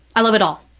i love it all.